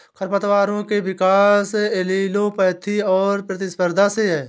खरपतवारों के विकास एलीलोपैथी और प्रतिस्पर्धा से है